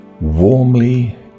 warmly